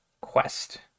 quest